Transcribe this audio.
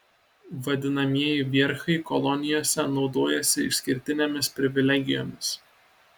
vadinamieji vierchai kolonijose naudojasi išskirtinėmis privilegijomis